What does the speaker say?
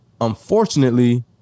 Unfortunately